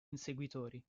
inseguitori